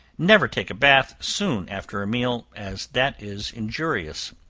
never take a bath soon after a meal, as that is injurious.